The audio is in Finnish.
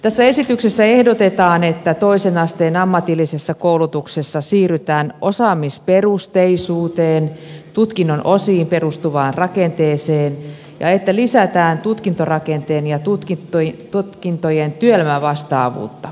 tässä esityksessä ehdotetaan että toisen asteen ammatillisessa koulutuksessa siirrytään osaamisperusteisuuteen tutkinnon osiin perustuvaan rakenteeseen ja että lisätään tutkintorakenteen ja tutkintojen työelämävastaavuutta